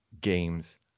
games